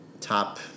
top